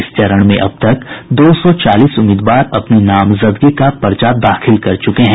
इस चरण में अब तक दो सौ चालीस उम्मीदवार अपनी नामजदगी का पर्चा दाखिल कर चुके हैं